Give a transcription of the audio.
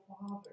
father